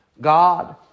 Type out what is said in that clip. God